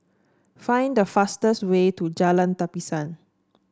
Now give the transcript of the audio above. find the fastest way to Jalan Tapisan